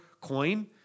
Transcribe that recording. coin